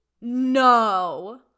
No